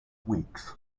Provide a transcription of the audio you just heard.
weeks